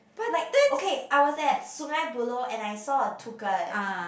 like okay I was at Sungei-Buloh and I saw a toucan